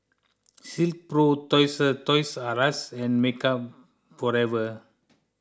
Silkpro Toys Toys R Us and Makeup Forever